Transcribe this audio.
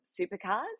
supercars